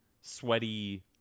sweaty